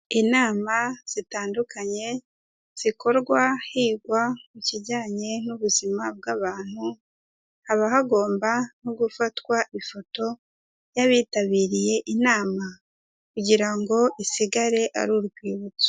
Inama zitandukanye zikorwa higwa ku kijyanye n'ubuzima bw'abantu, haba hagomba no gufatwa ifoto y'abitabiriye inama kugira ngo isigare ari urwibutso.